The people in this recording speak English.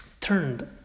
turned